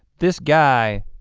this guy